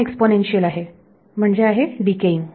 हा एक्सपोनेन्शियल आहे म्हणजे आहे डिकेइंग